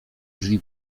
drzwi